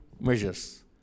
measures